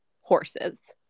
horses